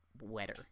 wetter